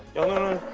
hello.